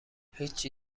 هیچی